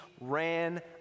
ran